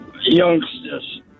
youngsters